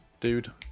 dude